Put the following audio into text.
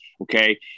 Okay